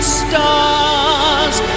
stars